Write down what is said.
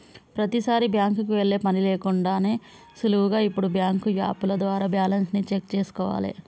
ప్రతీసారీ బ్యాంకుకి వెళ్ళే పని లేకుండానే సులువుగా ఇప్పుడు బ్యాంకు యాపుల ద్వారా బ్యాలెన్స్ ని చెక్ చేసుకోవాలే